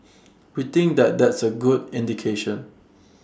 we think that that's A good indication